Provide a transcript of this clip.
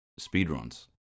speedruns